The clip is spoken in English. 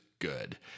Good